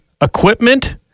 equipment